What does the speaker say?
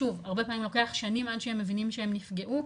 שוב הרבה פעמים לוקח שנים עד שהם מבינים שהם נפגעו,